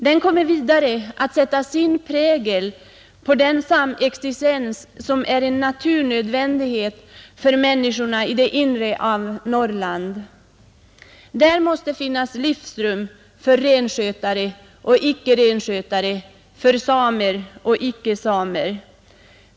Den kommer vidare att sätta sin prägel på den samexistens som är en naturnödvändighet för människorna i det inre av Norrland. Där måste finnas livsrum för renskötare och icke-renskötare, för samer och icke-samer.